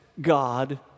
God